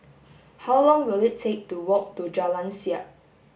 how long will it take to walk to Jalan Siap